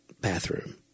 bathroom